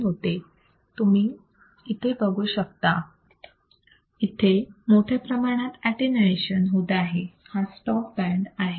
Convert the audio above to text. तुम्ही बघू शकता इथे मोठ्या प्रमाणात अटीन्यूएशन होत आहे हा स्टॉप बँड आहे